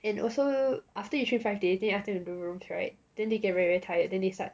and also after you train five days then you ask them to do room clear up [right] then they get very very tired then they start